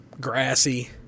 grassy